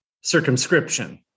circumscription